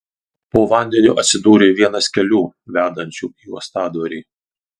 po vandeniu atsidūrė vienas kelių vedančių į uostadvarį